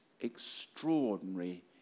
extraordinary